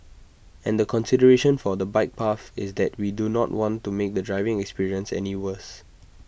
and the consideration for the bike path is that we do not want to make the driving experience any worse